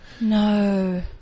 No